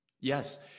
yes